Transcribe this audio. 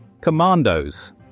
Commandos